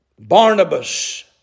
Barnabas